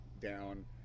down